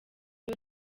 new